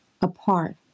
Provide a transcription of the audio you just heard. apart